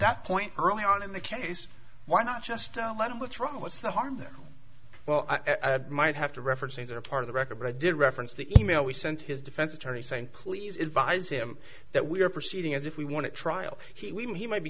that point early on in the case why not just one what's wrong what's the harm there well i might have to reference things that are part of the record but i did reference the e mail we sent to his defense attorney saying please advise him that we are proceeding as if we want to trial he might be